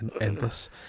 endless